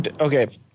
Okay